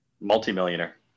Multimillionaire